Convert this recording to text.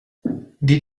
did